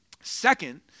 Second